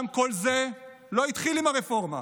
אולם כל זה לא התחיל עם הרפורמה,